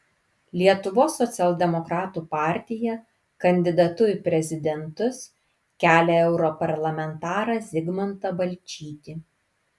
lietuvos socialdemokratų partija kandidatu į prezidentus kelia europarlamentarą zigmantą balčytį